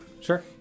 Sure